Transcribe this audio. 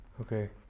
Okay